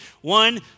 One